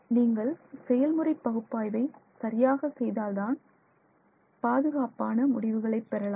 நீங்கள் செயல்முறை பகுப்பாய்வை சரியாக செய்தால் தான் பாதுகாப்பான முடிவுகளை பெறலாம்